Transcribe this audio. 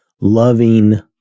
loving